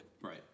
Right